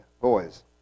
boys